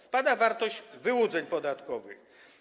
Spada wartość wyłudzeń podatkowych.